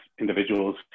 individuals